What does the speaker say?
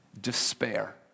despair